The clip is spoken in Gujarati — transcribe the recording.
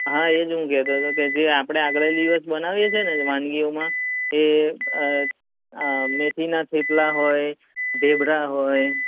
હા એજ હું કહેતો હતો કે જે આપણે આગલે દિવસ બનાવીએ છે ને જે વાનગીઓમાં એ મેથીનાં થેપલાં હોય ઢેબરાં હોય